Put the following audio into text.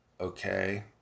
okay